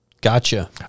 Gotcha